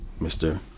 Mr